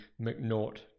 McNaught